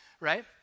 right